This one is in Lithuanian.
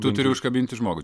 tu turi užkabinti žmogų